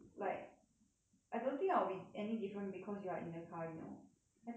I don't think I'll be any different because you are in the car you know I think I'll just be normal